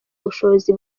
bushobozi